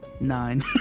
Nine